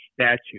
statute